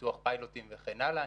פיתוח פיילוטים וכן הלאה.